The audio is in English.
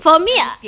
for me